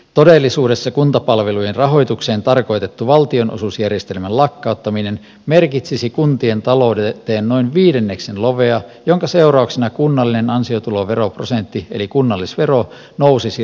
todellisuudessa kuntapalvelujen rahoitukseen tarkoitettu valtionosuusjärjestelmän lakkauttaminen merkitsisi kuntien talouteen noin viidenneksen lovea jonka seurauksena kunnallinen ansiotuloveroprosentti eli kunnallisvero nousisi rajusti